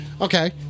Okay